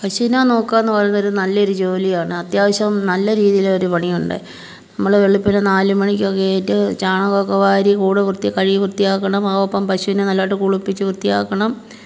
പശുവിനെ നോക്കുകാന്ന് പറയുന്നത് ഒരു നല്ല ഒരു ജോലിയാണ് അത്യാവശ്യം നല്ല രീതിയിലൊരു പണിയുണ്ട് നമ്മൾ വെളുപ്പിനെ നാലു മണിക്കൊക്കെ എണിറ്റ് ചാണകമൊക്കെ വാരി കൂട് വൃത്തിയായി കഴുകി വൃത്തിയാക്കണം ആ ഒപ്പം പശുവിനെ ഒപ്പം കുളിപ്പിച്ച് വൃത്തിയാക്കണം